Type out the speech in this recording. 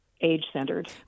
age-centered